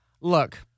look